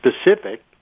specific